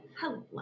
Hello